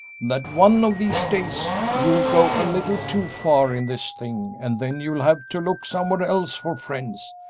that one of these days you'll go a little too far in this thing, and then you'll have to look somewhere else for friends,